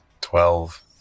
Twelve